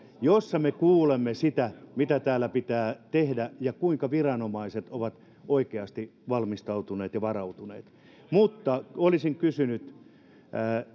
jossa me kuulemme mitä täällä pitää tehdä ja kuinka viranomaiset ovat oikeasti valmistautuneet ja varautuneet olisin kysynyt